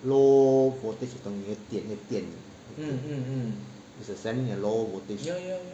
low voltage 等于电电 is sending a low voltage